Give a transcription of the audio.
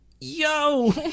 yo